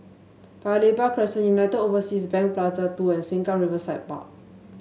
Paya Lebar Crescent United Overseas Bank Plaza Two and Sengkang Riverside Park